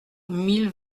mille